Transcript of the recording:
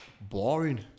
boring